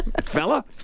fella